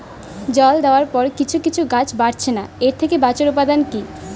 জল দেওয়ার পরে কিছু কিছু গাছ বাড়ছে না এর থেকে বাঁচার উপাদান কী?